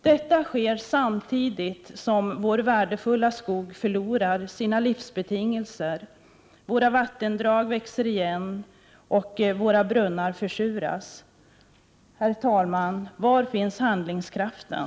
Detta sker samtidigt som vår värdefulla skog förlorar sina livsbetingelser, våra vattendrag växer igen och våra brunnar försuras. Herr talman! Var finns handlingskraften?